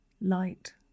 light